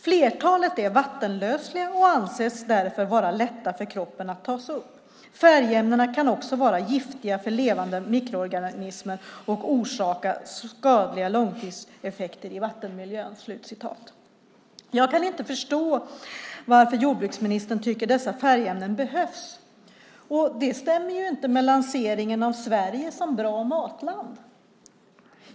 Flertalet är vattenlösliga och anses därför vara lätta för kroppen att ta upp. Färgämnena kan också vara giftiga för levande mikroorganismer och orsaka skadliga långtidseffekter i vattenmiljön. Jag kan inte förstå varför jordbruksministern tycker att dessa färgämnen behövs. Det stämmer inte med lanseringen av Sverige som ett bra matland.